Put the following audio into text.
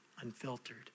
unfiltered